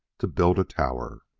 to build a tower.